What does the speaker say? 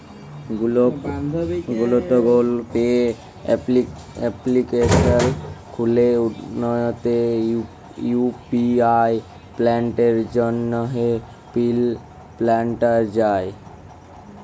Google Pay application খ্যুলে উয়াতে UPI পেমেল্টের জ্যনহে পিল পাল্টাল যায়